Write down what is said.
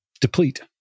deplete